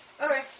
Okay